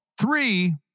three